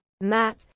Matt